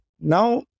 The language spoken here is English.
Now